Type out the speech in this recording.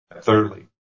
Thirdly